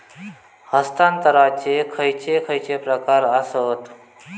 हस्तांतराचे खयचे खयचे प्रकार आसत?